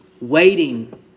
Waiting